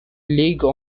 league